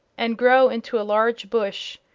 and grow into a large bush,